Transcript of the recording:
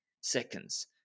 seconds